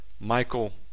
Michael